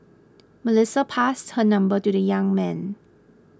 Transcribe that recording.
Melissa passed her number to the young man